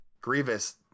grievous